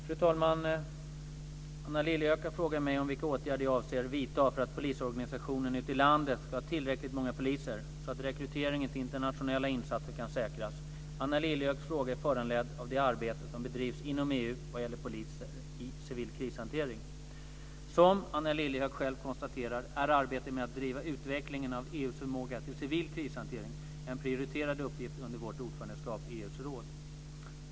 Fru talman! Anna Lilliehöök har frågat mig om vilka åtgärder jag avser vidta för att polisorganisationen ute i landet ska ha tillräckligt många poliser, så att rekrytering till internationella insatser kan säkras. Anna Lilliehööks fråga är föranledd av det arbete som bedrivs inom EU vad gäller poliser i civil krishantering. Som Anna Lilliehöök själv konstaterar är arbetet med att driva utvecklingen av EU:s förmåga till civil krishantering en prioriterad uppgift under vårt ordförandeskap i EU:s råd.